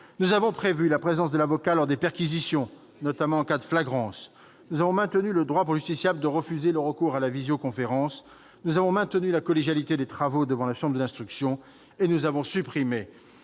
également prévu la présence de l'avocat lors des perquisitions, notamment en cas de flagrance. Très bien ! Nous avons maintenu le droit, pour le justiciable, de refuser le recours à la visioconférence, nous avons préservé la collégialité des travaux devant la chambre de l'instruction et nous avons supprimé